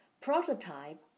prototype